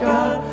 God